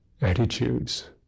attitudes